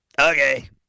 okay